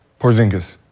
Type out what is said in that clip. Porzingis